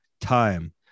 time